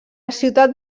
ciutat